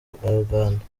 uganda